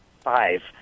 five